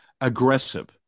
aggressive